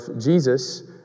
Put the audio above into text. Jesus